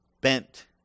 bent